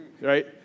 Right